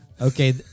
okay